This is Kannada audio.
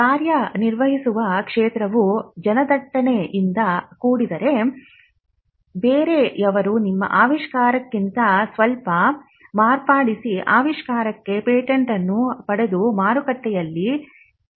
ಕಾರ್ಯನಿರ್ವಹಿಸುವ ಕ್ಷೇತ್ರವು ಜನದಟ್ಟಣೆಯಿಂದ ಕೂಡಿದ್ದರೆ ಬೇರೆಯವರು ನಿಮ್ಮ ಆವಿಷ್ಕಾರ ಕ್ಕಿಂತ ಸ್ವಲ್ಪ ಮಾರ್ಪಡಿಸಿ ಆವಿಷ್ಕಾರಕ್ಕೆ ಪೇಟೆಂಟ ಅನ್ನು ಪಡೆದು ಮಾರುಕಟ್ಟೆಯಲ್ಲಿ ಇರುತ್ತಾರೆ